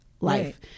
life